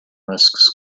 risks